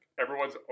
Everyone's